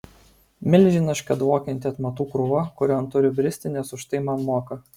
milžiniška dvokianti atmatų krūva kurion turiu bristi nes už tai man moka